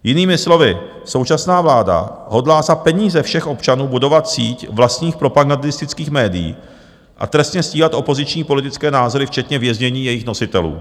Jinými slovy současná vláda hodlá za peníze všech občanů budovat síť vlastních propagandistických médií a trestně stíhat opoziční politické názory včetně věznění jejich nositelů.